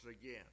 again